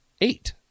eight